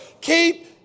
Keep